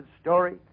story